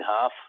half